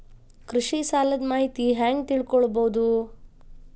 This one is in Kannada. ಕೃಷಿ ಸಾಲದ ಮಾಹಿತಿ ಹೆಂಗ್ ತಿಳ್ಕೊಳ್ಳೋದು?